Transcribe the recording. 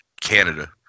Canada